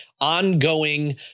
ongoing